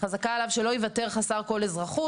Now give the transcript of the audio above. חזקה עליו שלא יוותר חסר כל אזרחות.